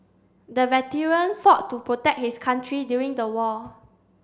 the veteran fought to protect his country during the war